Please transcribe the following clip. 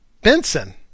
Benson